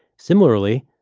similarly,